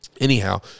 Anyhow